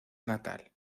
natal